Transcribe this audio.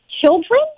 children